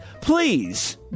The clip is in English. Please